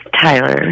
Tyler